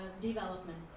development